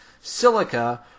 Silica